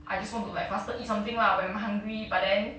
I just want to like faster eat something lah when I'm hungry but then